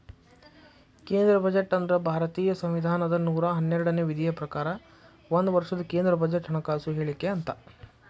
ಕೇಂದ್ರ ಬಜೆಟ್ ಅಂದ್ರ ಭಾರತೇಯ ಸಂವಿಧಾನದ ನೂರಾ ಹನ್ನೆರಡನೇ ವಿಧಿಯ ಪ್ರಕಾರ ಒಂದ ವರ್ಷದ ಕೇಂದ್ರ ಬಜೆಟ್ ಹಣಕಾಸು ಹೇಳಿಕೆ ಅಂತ